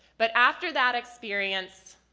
but after that experience,